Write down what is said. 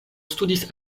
studis